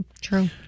True